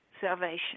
salvation